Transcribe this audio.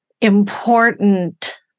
important